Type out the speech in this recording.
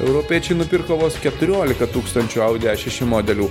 europiečiai nupirko vos keturiolika tūkstančių audi šeši modelių